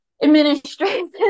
administration